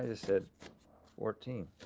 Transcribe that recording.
ah said fourteen.